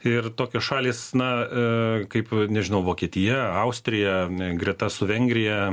ir tokios šalys na kaip nežinau vokietija austrija greta su vengrija